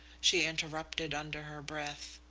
she interrupted under her breath.